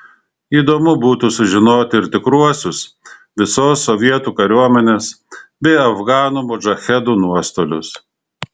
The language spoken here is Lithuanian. įdomu būtų sužinoti ir tikruosius visos sovietų kariuomenės bei afganų modžahedų nuostolius